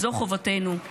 זו חובתנו.